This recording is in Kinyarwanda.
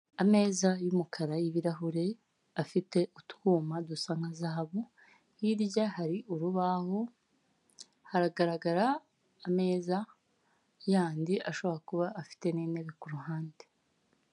Ameza y'umukara y'ibirahure afite utwuma dusa nka zahabu, hirya hari urubahu haragaragara ameza yandi, ashobora kuba afite n'intebe ku ruhande.